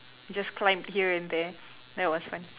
just climb here and there that was fun